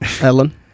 Ellen